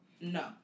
No